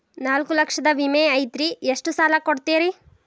ನಾಲ್ಕು ಲಕ್ಷದ ವಿಮೆ ಐತ್ರಿ ಎಷ್ಟ ಸಾಲ ಕೊಡ್ತೇರಿ?